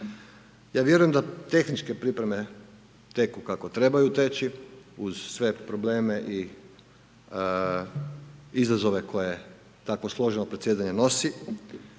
Ja vjerujem da tehničke pripreme teku kako trebaju teći, uz sve probleme i izazove koje tako složeno predsjedanje nosi,